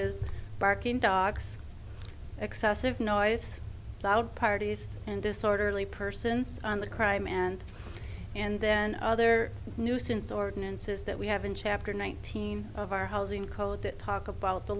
is barking dogs excessive noise loud parties and disorderly persons and the crime and and then other nuisance ordinances that we have in chapter nineteen of our housing code that talk about the